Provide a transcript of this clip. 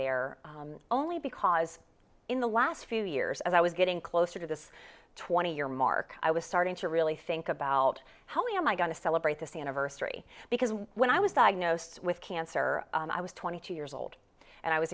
there only because in the last few years as i was getting closer to this twenty year mark i was starting to really think about how am i going to celebrate this anniversary because when i was diagnosed with cancer i was twenty two years old and i was